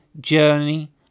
journey